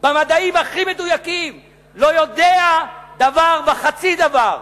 במדעים הכי מדויקים לא יודע דבר וחצי דבר.